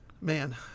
man